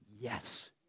Yes